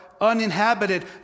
uninhabited